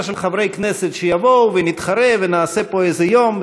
של חברי כנסת שיבואו ונתחרה ונעשה פה איזה יום,